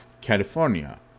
California